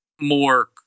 more